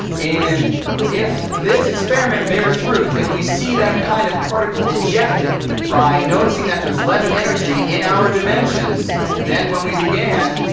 and if this experiment bears fruit, if we see that kind of particle ejected by noticing that there's less energy in our dimensions than when we began,